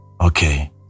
okay